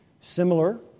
similar